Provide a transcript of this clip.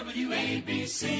wabc